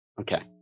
okay